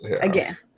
Again